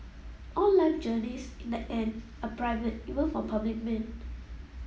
all life journeys in the end are private even for public men